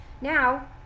Now